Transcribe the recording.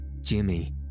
Jimmy